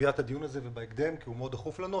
הדיון הזה ובהקדם כי הוא מאוד דחוף לנו.